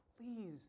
please